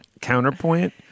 counterpoint